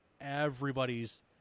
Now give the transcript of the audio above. everybody's